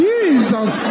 Jesus